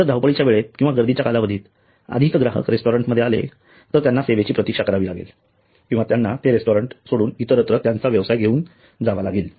जर धावपळीच्या वेळेत किंवा गर्दीच्या कालावधीत अधिक ग्राहक रेस्टॉरंटमध्ये आले तर त्यांना सेवेची प्रतीक्षा करावी लागेल किंवा त्यांना ते रेस्टॉरंट सोडून इतरत्र त्यांचा व्यवसाय घेऊन जावा लागेल